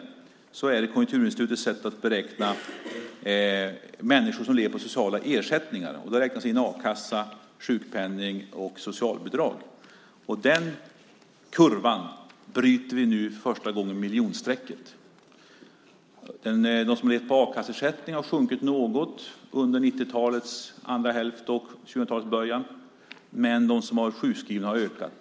Denna siffra baseras på Konjunkturinstitutets sätt att beräkna antalet människor som lever på sociala ersättningar. Till dessa ersättningar räknas a-kassa, sjukpenning och socialbidrag. Den utvecklingen bryter vi nu och hamnar för första gången under miljonstrecket. De som lever på a-kasseersättningar har minskat något i antal under 1990-talets andra hälft och 2000-talets början, men de som har varit sjukskrivna har ökat.